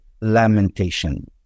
lamentation